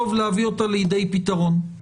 טוב להביא אותה לידי פתרון.